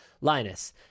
Linus